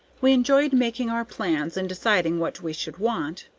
we enjoyed making our plans, and deciding what we should want,